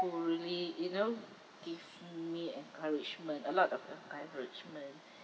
who really you know give me encouragement a lot of encouragement